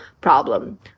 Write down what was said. problem